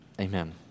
Amen